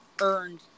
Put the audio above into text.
earned